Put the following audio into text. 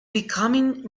becoming